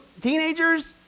teenagers